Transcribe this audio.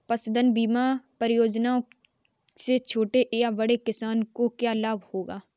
पशुधन बीमा योजना से छोटे या बड़े किसानों को क्या लाभ होगा?